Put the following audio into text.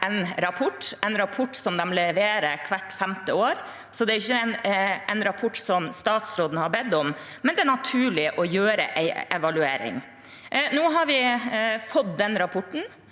en rapport som de leverer hvert femte år, så det er ikke en rapport som statsråden har bedt om, men det er naturlig å gjøre en evaluering. Nå har vi fått den rapporten.